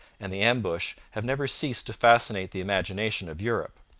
and the ambush have never ceased to fascinate the imagination of europe.